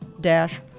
dash